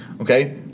Okay